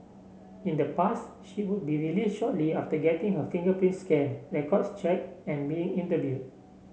in the past she would be released shortly after getting her fingerprint scanned records checked and being interviewed